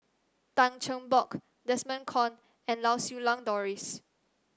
Tan Cheng Bock Desmond Kon and Lau Siew Lang Doris